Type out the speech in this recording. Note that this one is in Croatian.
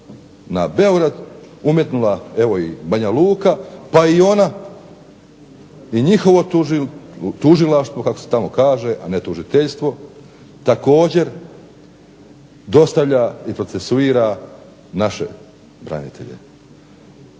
na Beograd umetnula evo i Banja Luka pa i ona i njihovo tužilaštvo, kako se tamo kaže, a ne tužiteljstvo također dostavlja i procesuira naše branitelje.